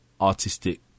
artistic